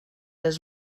his